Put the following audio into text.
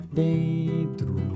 dentro